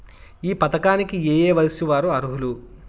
ఈ పథకానికి ఏయే వయస్సు వారు అర్హులు?